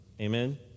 Amen